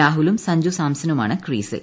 രാഹുലും സഞ്ജുസ്ഥാംസണുമാണ് ക്രീസിൽ